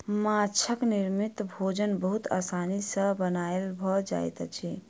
माँछक निर्मित भोजन बहुत आसानी सॅ बनायल भ जाइत अछि